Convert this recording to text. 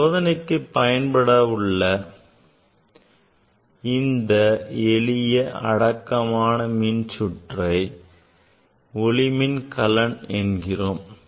இச்சோதனைக்கு பயன்படுத்தவுள்ள இந்த எளிய அடக்கமான மின் சுற்றை ஒளி மின் கலன் என்கிறோம்